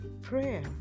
Prayer